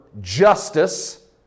justice